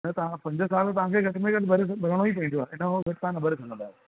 हा पंज साल तव्हांखे घटि में घटि भरिणो पवंदुव हिन खां पोइ तव्हां न भरे सघंदा आहियो